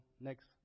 next